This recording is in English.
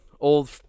old